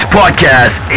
podcast